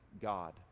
God